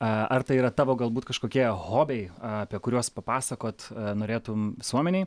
a ar tai yra tavo galbūt kažkokie hobiai apie kuriuos papasakot norėtum visuomenei